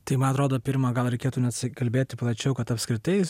tai man atrodo pirma gal reikėtų net kalbėti plačiau kad apskritai